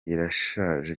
irashaje